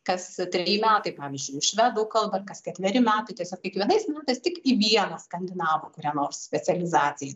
kas treji metai pavyzdžiui į švedų kalbą kas ketveri metai tiesiog kiekvienais metais tik į vieną skandinavų kurią nors specializaciją